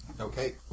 Okay